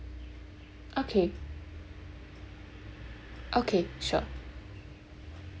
okay okay sure